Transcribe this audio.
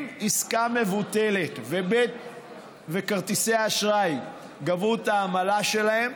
אם עסקה מבוטלת וכרטיסי האשראי גבו את העמלה שלהן,